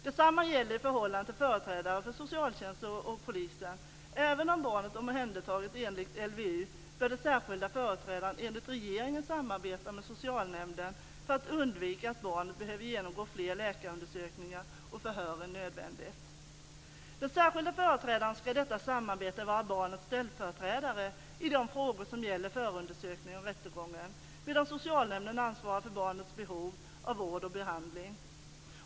Detsamma gäller i förhållande till företrädare för socialtjänsten och polisen. Även om barnet är omhändertaget enligt LVU bör den särskilda företrädaren enligt regeringen samarbeta med socialnämnden för att undvika att barnet behöver genomgå fler läkarundersökningar och förhör än nödvändigt. Den särskilda företrädaren ska i detta samarbete vara barnets ställföreträdare i de frågor som gäller förundersökningen och rättegången, medan socialnämnden ansvarar för barnets behov av vård och behandling.